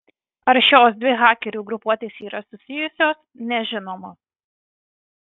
ar šios dvi hakerių grupuotės yra susijusios nežinoma